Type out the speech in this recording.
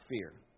fear